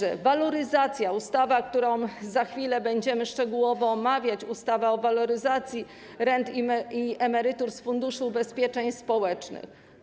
Jest także ustawa, którą za chwilę będziemy szczegółowo omawiać, ustawa o waloryzacji rent i emerytur z Funduszu Ubezpieczeń Społecznych.